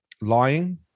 lying